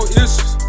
issues